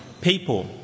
people